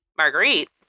Marguerite